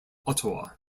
ottawa